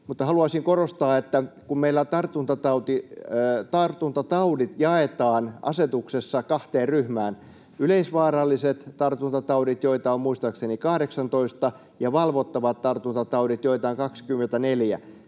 Haluaisin korostaa, että kun meillä tartuntataudit jaetaan asetuksessa kahteen ryhmään — yleisvaaralliset tartuntataudit, joita on muistaakseni 18, ja valvottavat tartuntataudit, joita on 24